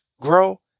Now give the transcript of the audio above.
grow